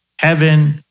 heaven